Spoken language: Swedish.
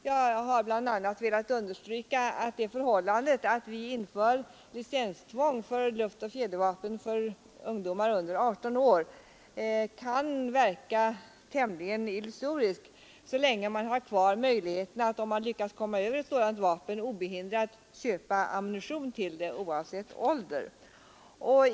Jag har bl.a. velat understryka att det förhållandet att vi inför licenstvång för luftoch fjädervapen för ungdomar under 18 år kan verka tämligen illusoriskt så länge möjligheten kvarstår att, om man lyckas komma över ett sådant vapen, obehindrat köpa ammunition till detta oavsett ålder.